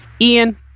Ian